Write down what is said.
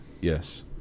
Yes